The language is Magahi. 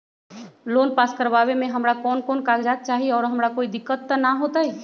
लोन पास करवावे में हमरा कौन कौन कागजात चाही और हमरा कोई दिक्कत त ना होतई?